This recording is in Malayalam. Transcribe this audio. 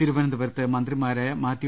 തിരുവനന്തപുരത്ത് മന്ത്രിമാരായ മാത്യു